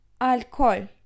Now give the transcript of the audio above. Alcohol